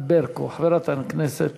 רשות